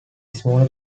small